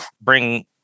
bring